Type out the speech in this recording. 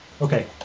Okay